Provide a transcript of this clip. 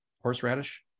horseradish